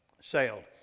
sailed